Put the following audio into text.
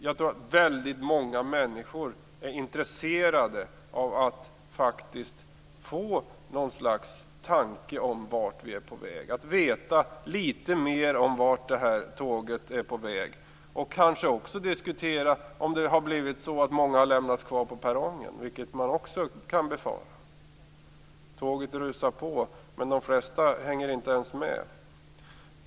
Jag tror att väldigt många människor är intresserade av att få något slags tanke om vart vi är på väg, att få veta litet mer om vart det här tåget är på väg och kanske också diskutera om det är många som har lämnats kvar på perrongen, vilket man också kan befara. Tåget rusar på, men de flesta hänger inte med.